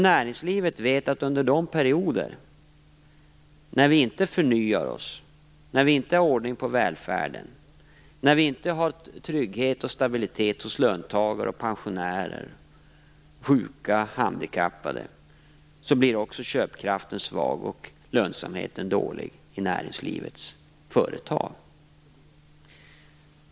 Näringslivet vet att under de perioder vi inte förnyar oss, när vi inte har ordning på välfärden, när vi inte har trygghet och stabilitet hos löntagare och pensionärer, sjuka och handikappade, blir också köpkraften svag och lönsamheten dålig i näringslivets företag.